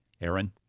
Aaron